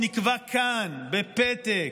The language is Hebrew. שנקבע כאן בפתק,